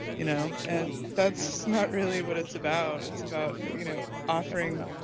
you know. and that's not really what it's about. it's about, you know, offering